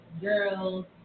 Girls